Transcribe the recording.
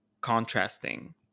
contrasting